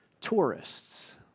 tourists